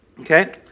Okay